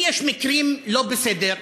אם יש מקרים לא בסדר,